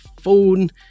phone